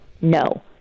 no